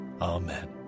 Amen